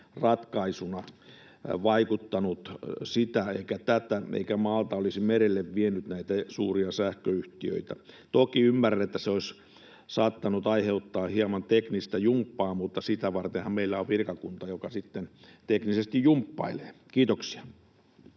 ratkaisuna vaikuttanut sitä tai tätä, eikä se olisi maalta merelle vienyt näitä suuria sähköyhtiöitä. Toki ymmärrän, että se olisi saattanut aiheuttaa hieman teknistä jumppaa, mutta sitä vartenhan meillä on virkakunta, joka sitten teknisesti jumppailee. — Kiitoksia.